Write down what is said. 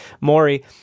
Maury